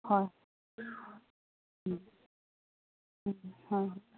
ꯍꯣꯏ ꯎꯝ ꯎꯝ ꯍꯣꯏ ꯍꯣꯏ